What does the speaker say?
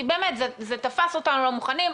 כי זה תפס אותנו לא מוכנים,